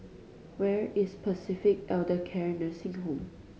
where is Pacific Elder Care Nursing Home